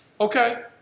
okay